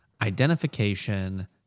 identification